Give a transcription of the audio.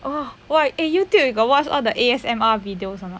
oh !wah! eh Youtube you got watch all the A_S_M_R videos or not